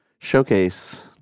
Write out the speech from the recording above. showcase